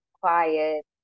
quiet